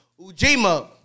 Ujima